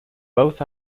both